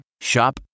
Shop